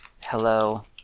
hello